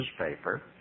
newspaper